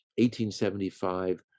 1875